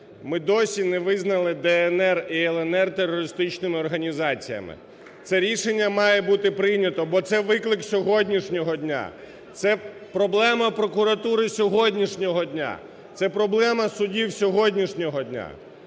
Ми досі не визнали "ДНР" і "ЛНР" терористичними організаціями. Це рішення має бути прийнято, бо це – виклик сьогоднішнього дня, це проблема прокуратури сьогоднішнього дня, це проблема судів сьогоднішнього дня.